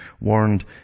warned